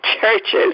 churches